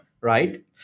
Right